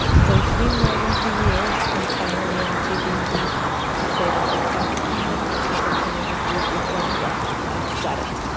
so it's been more than two years. i um finally am taping this to say that the best thing that has happened to me this week is that, yes, i got it.